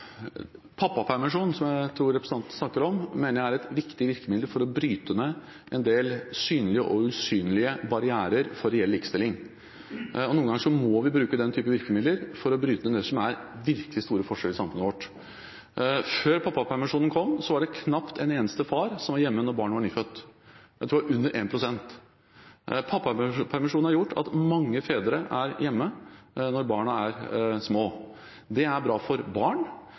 Pappapermisjonen – som jeg tror representanten snakker om – mener jeg er et viktig virkemiddel for å bryte ned en del synlige og usynlige barrierer for reell likestilling. Noen ganger må vi bruke den type virkemidler for å bryte ned det som er virkelig store forskjeller i samfunnet vårt. Før pappapermisjonen kom var det knapt en eneste far som var hjemme når barnet var nyfødt – jeg tror det var under 1 pst. Pappapermisjonen har gjort at mange fedre er hjemme når barna er små. Det er bra for barn,